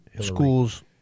schools